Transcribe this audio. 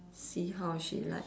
see how is she like